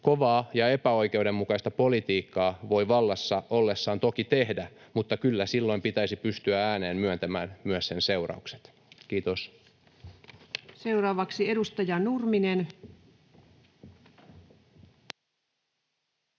Kovaa ja epäoikeudenmukaista politiikkaa voi vallassa ollessaan toki tehdä, mutta kyllä silloin pitäisi pystyä ääneen myöntämään myös sen seuraukset. — Kiitos. Seuraavaksi edustaja Nurminen. Arvoisa